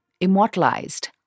immortalized